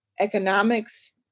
economics